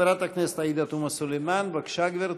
חברת הכנסת עאידה תומא סלימאן, בבקשה, גברתי.